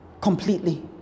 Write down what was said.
Completely